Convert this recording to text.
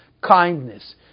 kindness